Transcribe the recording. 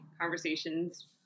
Conversations